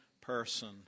person